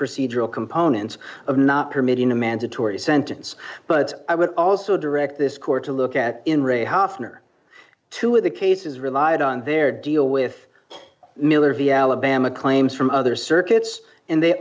procedural component of not permitting a mandatory sentence but i would also direct this court to look at in re hofner two of the cases relied on their deal with miller v alabama claims from other circuits and they